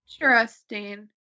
Interesting